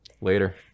Later